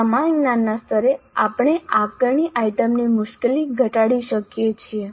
સમાન જ્ઞાનના સ્તરે આપણે આકારણી આઇટમની મુશ્કેલી ઘટાડી શકીએ છીએ